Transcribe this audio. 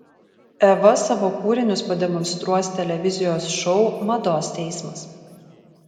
eva savo kūrinius pademonstruos televizijos šou mados teismas